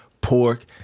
pork